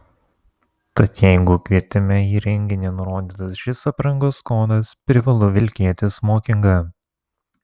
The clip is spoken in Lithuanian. tad jeigu kvietime į renginį nurodytas šis aprangos kodas privalu vilkėti smokingą